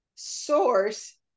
source